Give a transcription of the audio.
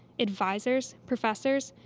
advisors, professors,